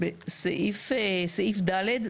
בסעיף (ד),